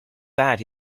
that